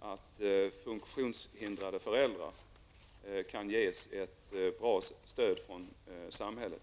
att funktionshindrade föräldrar kan ges ett bra stöd från samhället.